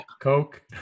Coke